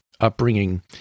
upbringing